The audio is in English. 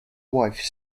wife